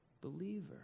believer